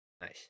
Nice